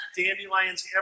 dandelions